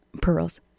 pearls